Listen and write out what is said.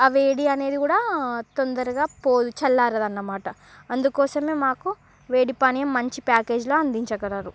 ఆ వేడి అనేది కూడ తొందరగా పోదు చల్లారదు అనమాట అందుకోసమే మాకు వేడి పానియం మంచి ప్యాకేజీలో అందించగలరు